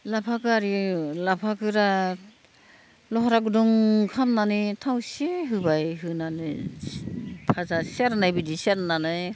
लाफाखौ आरो लाफाफोरा लहरा गुदुं खामनानै थाव एसे होबाय होनानै भाजा सेरनाय बिदि सेरनानै